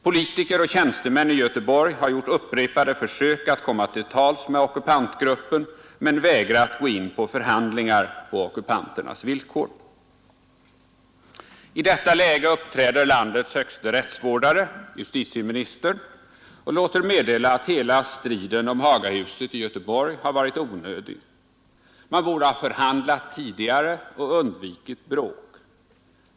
Politiker och tjänstemän i Göteborg har gjort upprepade försök att komma till tals med ockupantgruppen men vägrat gå in på förhandlingar på ockupanternas villkor I detta läge uppträder landets högste rättsvårdare — justitieministern och låter meddela att hela striden om Hagahuset i Göteborg varit onödig Man borde ha förhandlat tidigare och undvikit bråk.